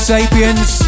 Sapiens